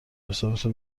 حسابتو